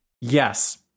Yes